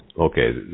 okay